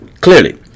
Clearly